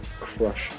crushed